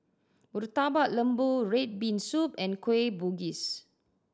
Murtabak Lembu red bean soup and Kueh Bugis